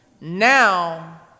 now